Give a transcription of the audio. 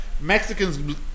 Mexicans